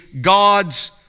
God's